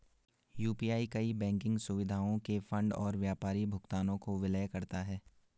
UPI कई banking सुविधाओं के फंड और व्यापारी भुगतानों को विलय करता है